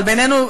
אבל בינינו,